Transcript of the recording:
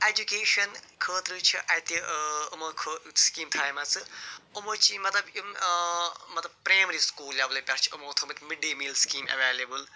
education خٲطرٕ چھِ اَتہِ یِمَو سکیٖم تھایمَژٕ یِمَو چھِ مطلب یِم مطلب پرٛایمری سُکوٗل لٮ۪ولہِ پٮ۪ٹھ چھِ یِمَو تھوٚمٕتۍ mid day meal scheme available